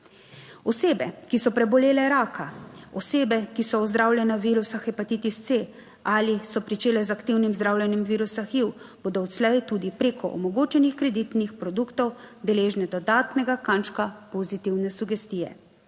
Osebe, ki so prebolele raka, osebe, ki so ozdravljene virusa hepatitis C ali so pričele z aktivnim zdravljenjem virusa HIV, bodo odslej tudi preko omogočenih kreditnih produktov deležne dodatnega kančka pozitivne sugestije.